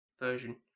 version